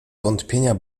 wątpienia